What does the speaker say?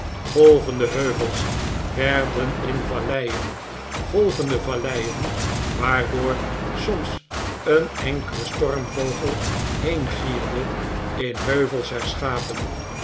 golvende heuvels werden in valleien golvende valleien waardoor soms een enkele stormvogel heengierde in heuvels herschapen